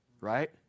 right